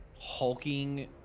hulking